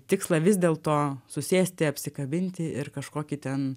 tikslą vis dėlto susėsti apsikabinti ir kažkokį ten